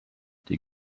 die